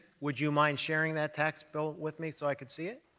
would you mind sharing that tax bill with me so i could see it?